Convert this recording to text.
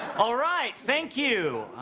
all right, thank you.